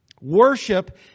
Worship